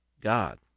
God